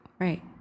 Right